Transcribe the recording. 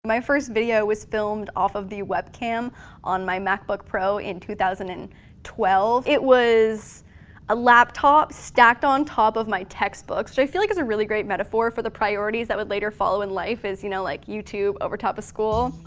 my first video was filmed off of the webcam on my macbook pro in two thousand and twelve. it was a laptop stacked on top of my textbook. so i feel like it's a really great metaphor for the priorities that would later follow in life is you know like youtube over top of school.